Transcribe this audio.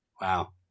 wow